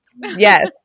Yes